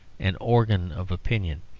an organ of opinion,